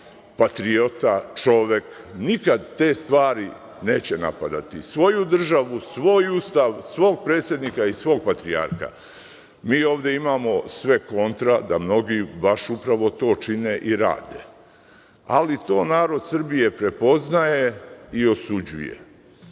patriota, čovek nikada te stvari neće napadati, svoju državu, svoju Ustav, svog predsednika i svog Patrijarha. Mi ovde imamo sve kontra da mnogi baš upravo to čine i rade, ali to narod Srbije prepoznaje i osuđuje.